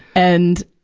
and,